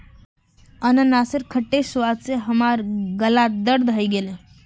अनन्नासेर खट्टे स्वाद स हमार गालत दर्द हइ गेले